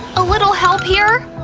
a little help here?